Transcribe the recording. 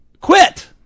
quit